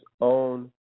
own